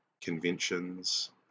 conventions